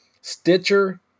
Stitcher